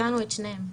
הצענו את שניהם.